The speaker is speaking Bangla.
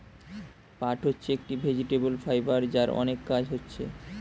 পাট হচ্ছে একটি ভেজিটেবল ফাইবার যার অনেক কাজ হচ্ছে